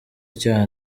icyaha